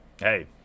Hey